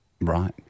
Right